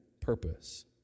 purpose